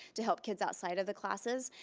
to help kids outside of the classes,